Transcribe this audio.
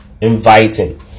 inviting